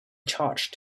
charged